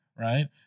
Right